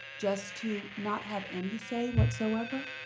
just to not have any say whatsoever?